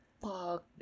fuck